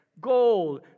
gold